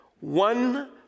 One